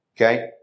okay